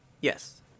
Yes